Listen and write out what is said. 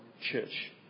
church